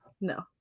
No